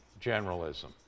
generalism